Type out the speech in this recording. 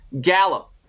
Gallup